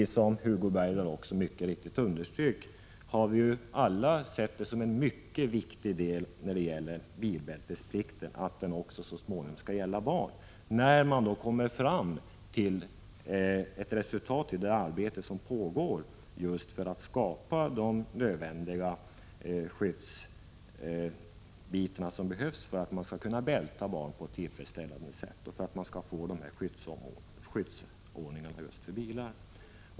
Som Hugo Bergdahl mycket riktigt underströk, har vi alla sett det som mycket väsentligt att bilbältesplikten så småningom också skall gälla barn — när man har kommit fram till resultat i det arbete som pågår med att ta fram de skyddsanordningar i bilar som är nödvändiga för att kunna bälta barn på ett tillfredsställande sätt.